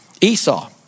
Esau